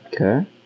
Okay